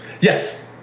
yes